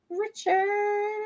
Richard